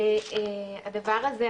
הדבר הזה,